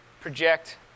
project